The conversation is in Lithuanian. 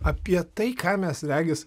apie tai ką mes regis